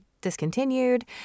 discontinued